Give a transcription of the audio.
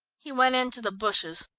he went into the bushes.